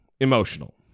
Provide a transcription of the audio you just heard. emotional